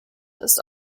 ist